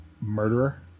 murderer